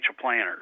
planners